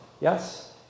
Yes